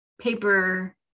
paper